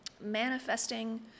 manifesting